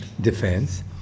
defense